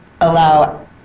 allow